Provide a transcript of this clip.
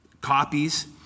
copies